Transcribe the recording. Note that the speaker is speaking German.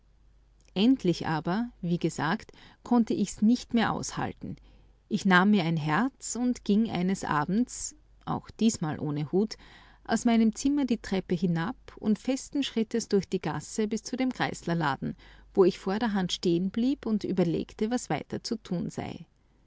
endlich aber wie gesagt konnte ich's nicht mehr aushalten ich nahm mir ein herz und ging eines abends auch diesmal ohne hut aus meinem zimmer die treppe hinab und festen schrittes durch die gasse bis zu dem grieslerladen wo ich vorderhand stehenblieb und überlegte was weiter zu tun sei